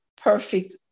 perfect